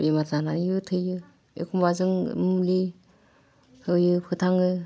बेमार जानानैबो थैयो एखमबा जों मुलि होयो फोथाङो